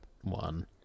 one